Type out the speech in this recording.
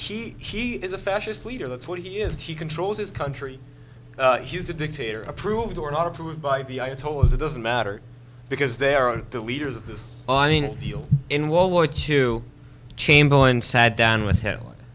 she he is a fascist leader that's what he is he controls his country he's a dictator approved or not approved by the ayatollah as it doesn't matter because they are the leaders of this deal in world war two chamberlain sat down with hitler